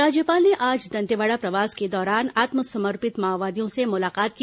राज्यपाल ने आज दंतेवाड़ा प्रवास के दौरान आत्मसमर्पित माओवादियों से मुलाकात की